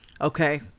Okay